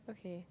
okay